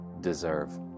deserve